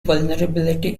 vulnerability